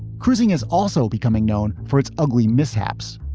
cruising is also becoming known for its ugly mishaps.